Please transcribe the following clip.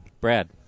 Brad